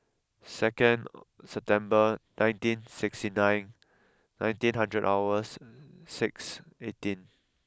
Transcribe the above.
second September nineteen sixty nine nineteen hundred hours six eighteen